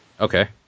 Okay